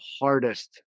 hardest